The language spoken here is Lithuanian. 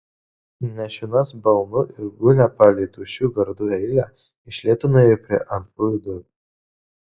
nešinas balnu ir gūnia palei tuščių gardų eilę iš lėto nuėjo prie antrųjų durų